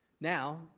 Now